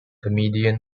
comedian